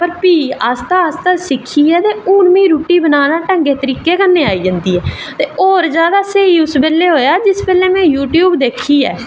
ते प्ही आस्तै आस्तै सिक्खियै ते हून मिगी रुट्टी बनाना बड़े ढंगै कन्नै आई जंदी ऐ ते होर जादै उस बेल्लै होआ जेल्लै में यूट्यूब दिक्खी ऐ